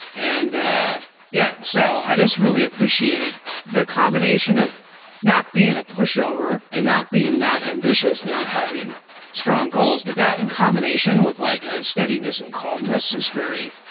and ah yeah. so i just really appreciate the combination of not being a pushover and not being not ambitious, not having strong goals. with but that in combination with like a steadiness and calmness is very,